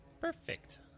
Perfect